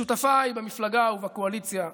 לשותפיי במפלגה ובקואליציה,